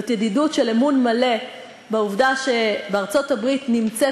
זאת ידידות של אמון מלא בעובדה שבארצות-הברית נמצאת